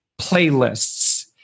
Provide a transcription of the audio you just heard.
playlists